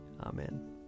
Amen